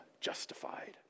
justified